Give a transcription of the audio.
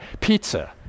Pizza